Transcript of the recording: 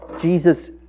Jesus